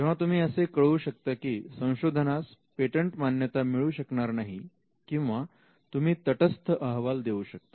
तेव्हा तुम्ही असे कळवू शकता की संशोधनास पेटंट मान्यता मिळू शकणार नाही किंवा तुम्ही तटस्थ अहवाल देऊ शकता